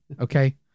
Okay